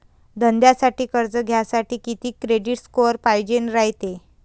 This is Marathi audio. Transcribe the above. धंद्यासाठी कर्ज घ्यासाठी कितीक क्रेडिट स्कोर पायजेन रायते?